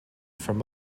from